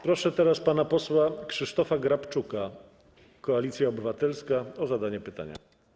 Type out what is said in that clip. Proszę teraz pana posła Krzysztofa Grabczuka, Koalicja Obywatelska, o zadanie pytania.